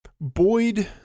Boyd